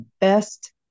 best